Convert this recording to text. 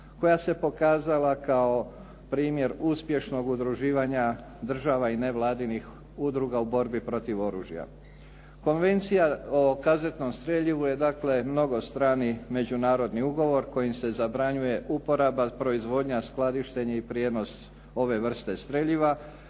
koja se pokazala kao primjer uspješnog udruživanja država i nevladinih udruga u borbi protiv oružja. Konvencija o kazetnom streljivu je dakle mnogostrani međunarodni ugovor kojim se zabranjuje uporaba, proizvodnja, skladištenje i prijenos ove vrste streljiva